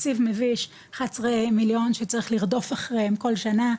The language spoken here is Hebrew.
התקציב מביש 11 מיליון שצריך לרדוף אחריהם כל שנה,